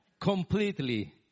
completely